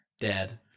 dead